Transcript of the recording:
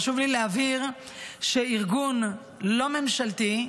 חשוב לי להבהיר שארגון לא ממשלתי,